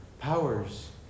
powers